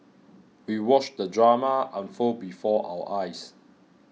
we watched the drama unfold before our eyes